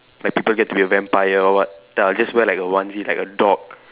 like people get to be a vampire or what then I'll just wear like a onesie like a dog